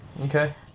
Okay